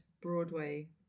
Broadway